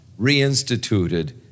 reinstituted